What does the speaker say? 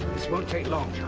this won't take long,